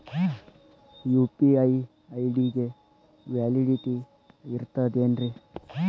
UPI ID ಗೆ validity ಇರತದ ಏನ್ರಿ?